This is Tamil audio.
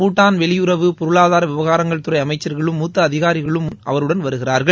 பூடான் வெளியுறவு பொருளாதார விவகாரங்கள் துறை அமைச்சர்களும் முத்த அதிகாரிகளும் அவருடன் வருகிறார்கள்